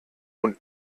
und